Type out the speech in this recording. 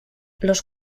los